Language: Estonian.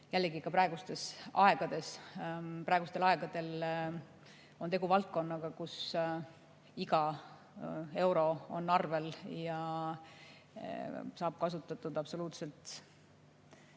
Selge on, et eriti jällegi praegustel aegadel on tegu valdkonnaga, kus iga euro on arvel ja saab kasutatud absoluutselt